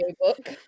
book